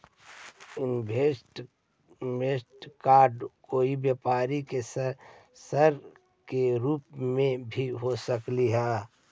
investment fund कोई व्यापार के सर के रूप में भी हो सकऽ हई